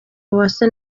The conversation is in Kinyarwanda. uwase